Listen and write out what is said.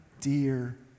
dear